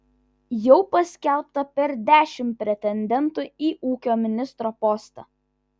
jau paskelbta per dešimt pretendentų į ūkio ministro postą